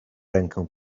rękę